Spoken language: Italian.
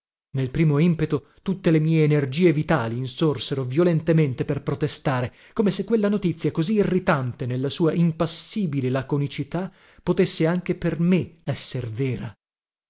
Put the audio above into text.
nel primo impeto tutte le mie energie vitali insorsero violentemente per protestare come se quella notizia così irritante nella sua impassibile laconicità potesse anche per me esser vera